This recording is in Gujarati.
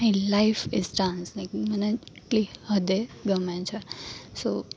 my life is dance like મને એટલી હદે ગમે છે સો